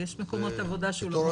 יש מקומות עבודה שלא.